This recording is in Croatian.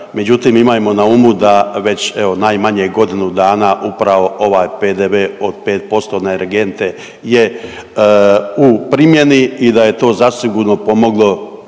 međutim imajmo na umu da već evo najmanje godinu dana upravo ovaj PDV od 5% na energente je u primjeni i da je to zasigurno pomoglo